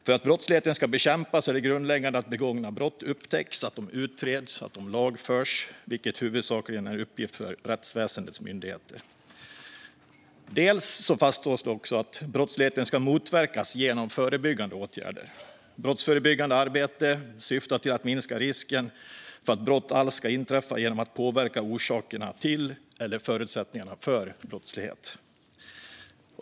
För att brottsligheten ska kunna bekämpas är det grundläggande att begångna brott upptäcks, utreds och lagförs, vilket huvudsakligen är en uppgift för rättsväsendets myndigheter. Det fastslås vidare att brottsligheten ska motverkas även genom förebyggande åtgärder. Brottsförebyggande arbete syftar till att minska risken för att brott alls ska inträffa genom att påverka orsakerna till eller förutsättningarna för brottslighet.